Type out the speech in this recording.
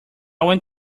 went